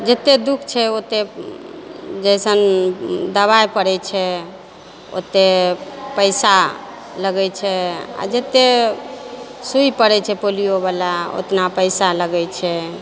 जतेक दुःख छै ओतेक जइसन दवाइ पड़ै छै ओतेक पैसा लगै छै आ जतेक सुइ पड़ै छै पोलियोवला उतना पैसा लगै छै